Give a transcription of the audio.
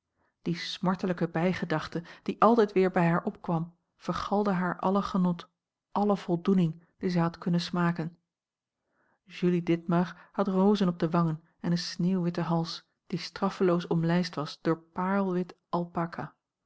die smartelijke bijgedachte die altijd weer bij haar opkwam vergalde haar alle genot alle voldoening die zij had kunnen smaken julie ditmar had rozen op de wangen en een sneeuwwitten hals die straffeloos omlijst was door